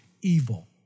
evil